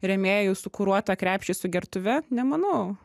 rėmėjų sukūruotą krepšį su gertuve nemanau